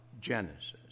Genesis